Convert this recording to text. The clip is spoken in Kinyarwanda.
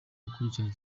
gukurikirana